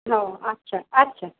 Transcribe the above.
ওহ আচ্ছা আচ্ছা